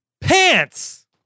Pants